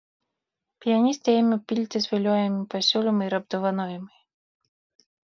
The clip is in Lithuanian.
pianistei ėmė piltis viliojami pasiūlymai ir apdovanojimai